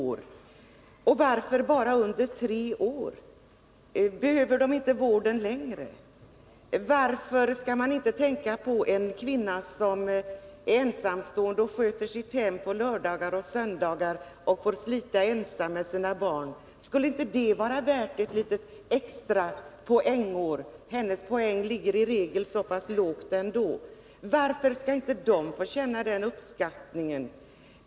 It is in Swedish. Varför gäller förresten förslaget bara barn under 3 år? Behöver de inte vård längre upp i åldrarna? Varför skall vi inte tänka på en kvinna som är ensamstående, sköter sitt hem på lördagar och söndagar och ensam får slita med sina barn? Kunde inte det vara värt ett extra poängår? Hennes poäng ligger i regel lågt ändå. Varför skall inte hon och andra i samma situation få känna uppskattning?